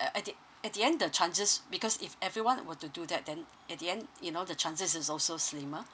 uh at the at the end the chances because if everyone were to do that then at the end you know the chances is also slimmer